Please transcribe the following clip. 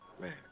Man